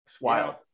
wild